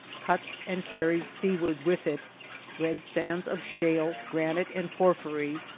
cuts and carries seaward with it red sands of shale, granite, and porphyry,